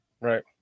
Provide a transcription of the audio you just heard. Right